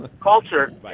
culture